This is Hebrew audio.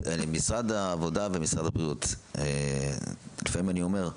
משרד העבודה ומשרד הבריאות, לפעמים אני אומר,